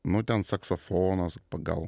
nu tem saksofonas pagal